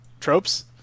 Tropes